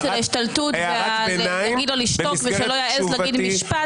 במסגרת תשובתי השתלטות ולהגיד לו לשתוק ושלא יעז להגיד משפט.